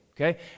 okay